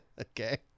Okay